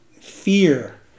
fear